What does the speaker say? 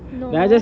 no